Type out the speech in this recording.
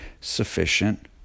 sufficient